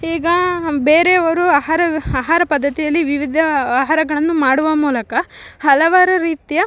ಈಗ ಬೇರೆಯವರು ಆಹಾರ ವಿ ಆಹಾರ ಪದ್ದತಿಯಲ್ಲಿ ವಿವಿಧ ಆಹಾರಗಳನ್ನು ಮಾಡುವ ಮೂಲಕ ಹಲವಾರು ರೀತಿಯ